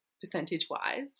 percentage-wise